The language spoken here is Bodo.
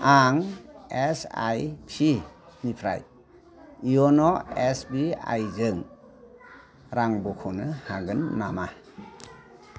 आं एसआईपि निफ्राय इउन' एसबीआई जों रां बख'नो हागोन नामा